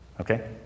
Okay